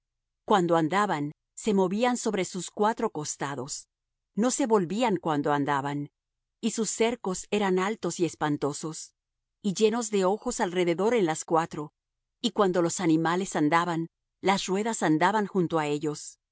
cuando andaban se movían sobre sus cuatro costados no se volvían cuando andaban y sus cercos eran altos y espantosos y llenos de ojos alrededor en las cuatro y cuando los animales andaban las ruedas andaban junto á ellos